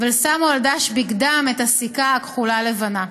ושמו על דש בגדם את הסיכה הכחולה-לבנה.